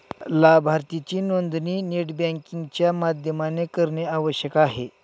लाभार्थीची नोंदणी net banking च्या माध्यमाने करणे आवश्यक आहे